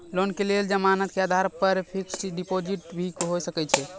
Loan के लेल जमानत के आधार पर फिक्स्ड डिपोजिट भी होय सके छै?